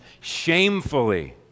shamefully